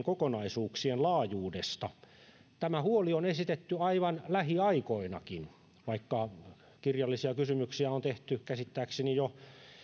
kokonaisuuksien laajuudesta tämä huoli on esitetty aivan lähiaikoinakin vaikka kirjallisia kysymyksiä on tehty käsittääkseni jo